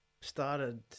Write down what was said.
Started